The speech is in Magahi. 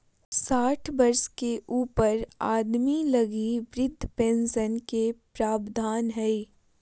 साठ वर्ष के ऊपर आदमी लगी वृद्ध पेंशन के प्रवधान हइ